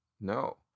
No